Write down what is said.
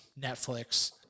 Netflix